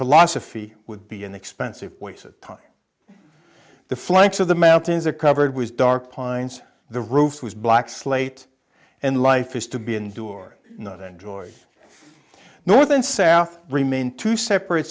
philosophy would be an expensive voice a time the flanks of the mountains are covered was dark pines the roof was black slate and life is to be endured another enjoy north and south remain two separate